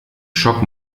schock